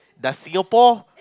does Singapore